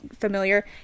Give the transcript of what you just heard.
familiar